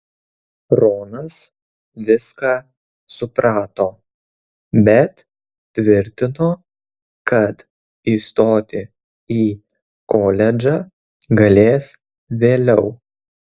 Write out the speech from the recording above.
ronas viską suprato bet tvirtino kad įstoti į koledžą galės vėliau